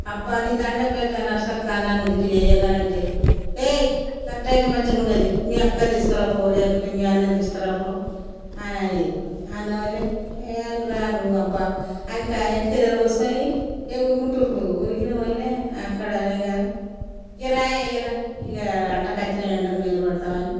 అబ్బా నీకు దండం పెడతాను నర్సక్క నన్ను ఇలా చెయ్యకు అని అంటే ఏయి అలాగయితే మంచిగ ఉండదు మీ అక్కని తీసుకునిరా పో లేకుంటే మీ అన్నని తీసుకునిరా పో అని అనేది అందువల్లే ఏ వాళ్ళు రారు అబ్బా అదికాదు వెంట్రుకలు విరబోసుకుని ఎగురుకుంటూ ఉరుకులు ఉరికిన వల్లే అక్కడ ఇంక రావే ఇంక రా ఇంక అలా వచ్చినా ఎండకు నీరు పడతాం అని